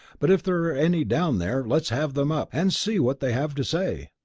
but if there are any down there, let's have them up, and see what they have to say.